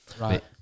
right